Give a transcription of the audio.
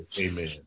Amen